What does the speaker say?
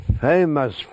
famous